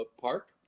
park